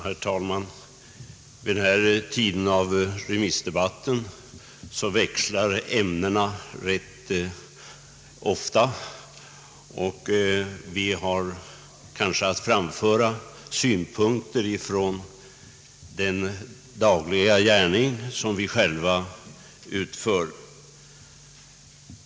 Herr talman! På det här stadiet av remissdebatten växlar ämnena rätt ofta, och vi har kanske nu tillfälle att framföra synpunkter ifrån den dagliga gärning som vi själva utför.